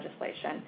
legislation